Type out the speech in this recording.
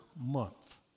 month